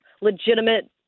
legitimate